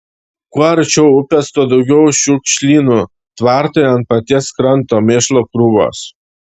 kuo arčiau upės tuo daugiau šiukšlynų tvartai ant paties kranto mėšlo krūvos